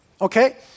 okay